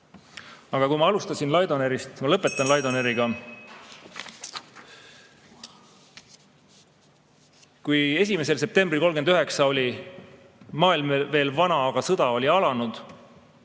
Aga kui ma alustasin Laidonerist, siis ma ka lõpetan Laidoneriga. Kui 1. septembril 1939 oli maailm veel vana, aga sõda oli alanud,